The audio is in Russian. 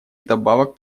вдобавок